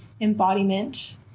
embodiment